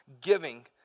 giving